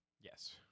Yes